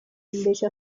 invece